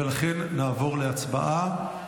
ולכן נעבור להצבעה.